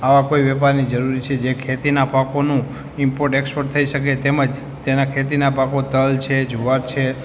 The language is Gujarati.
આવા કોઈ વ્યાપારની જરૂરી છે જે ખેતીના પાકોનું ઈમ્પોર્ટ એક્ષપોર્ટ થઈ શકે તેમજ તેના ખેતીના પાકો તલ છે જુવાર છે